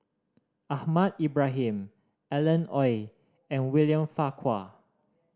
Ahmad Ibrahim Alan Oei and William Farquhar